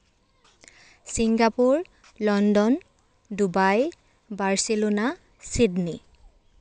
Singapore London Dubai Barcelona Sydney